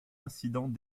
incident